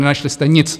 Nenašli jste nic!